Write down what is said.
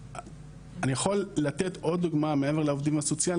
אני יכול לתת עוד דוגמא מעבר לעובדים הסוציאליים,